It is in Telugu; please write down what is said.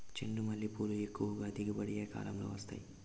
చెండుమల్లి పూలు ఎక్కువగా దిగుబడి ఏ కాలంలో వస్తాయి